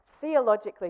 Theologically